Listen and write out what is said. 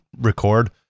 record